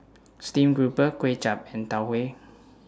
Steamed Grouper Kuay Chap and Tau Huay